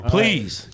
Please